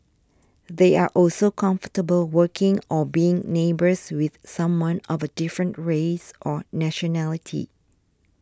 they are also comfortable working or being neighbours with someone of a different race or nationality